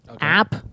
app